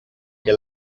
que